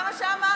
זה מה שאמרתי,